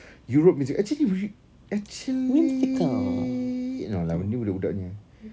europe whimsical actually eur~ actually no lah ini budak-budak punya